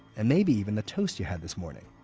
and maybe even the toast you had this morning.